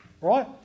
Right